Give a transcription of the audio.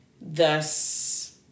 thus